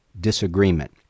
disagreement